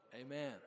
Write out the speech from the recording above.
Amen